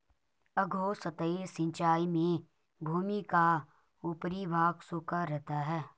अधोसतही सिंचाई में भूमि का ऊपरी भाग सूखा रहता है